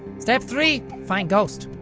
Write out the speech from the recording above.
step three find ghost.